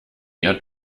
ihr